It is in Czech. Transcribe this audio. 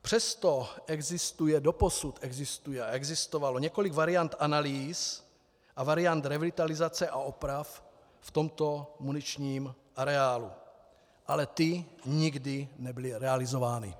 Přesto existuje, doposud existuje a existovalo několik variant analýz a variant revitalizace a oprav v tomto muničním areálu, ale ty nikdy nebyly realizovány.